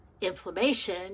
inflammation